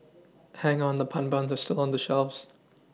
hang on the pun buns are still on the shelves